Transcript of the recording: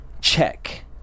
Check